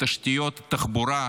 בתשתיות תחבורה,